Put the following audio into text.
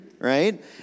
right